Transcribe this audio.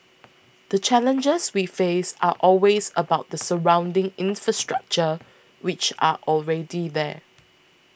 the challenges we face are always about the surrounding infrastructure which are already there